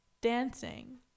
dancing